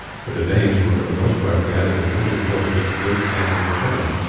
for the danes were for the most part gathered in winter quarters at the great camp near chippenham.